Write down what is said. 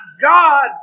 God